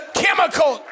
chemical